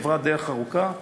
כברת דרך ארוכה,